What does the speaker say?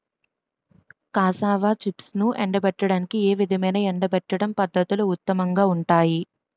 Cassava చిప్స్ను ఎండబెట్టడానికి ఏ విధమైన ఎండబెట్టడం పద్ధతులు ఉత్తమంగా ఉంటాయి?